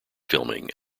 filming